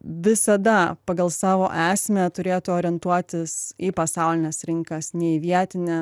visada pagal savo esmę turėtų orientuotis į pasaulines rinkas ne į vietinę